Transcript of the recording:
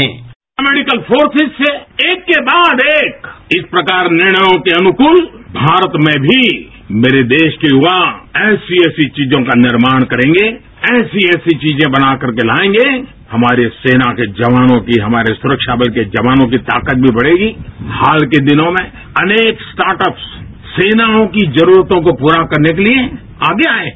bite paramedical forces से एक के बाद एक इस प्रकार निर्णयों के अनुकूल भारत में भी मेरे देश के युवा ऐसी ऐसी चीजों का निर्माण करेंगे ऐसी ऐसी चीजें बनाकर कर के लाएंगे हमारे सेना के जवानों की हमारे सुरक्षाबल के जवानों की ताकतमी बढ़ेगी हाल के दिनों में अनेक स्टार्ट्स अप्स सेनाओं की जरूरतों को पूरा करने केलिए आगे आए हैं